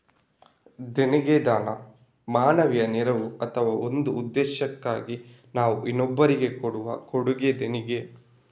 ದೇಣಿಗೆ ದಾನ, ಮಾನವೀಯ ನೆರವು ಅಥವಾ ಒಂದು ಉದ್ದೇಶಕ್ಕಾಗಿ ನಾವು ಇನ್ನೊಬ್ರಿಗೆ ಕೊಡುವ ಕೊಡುಗೆ ದೇಣಿಗೆ